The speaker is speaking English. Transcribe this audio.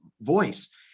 voice